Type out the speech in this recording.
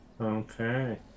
Okay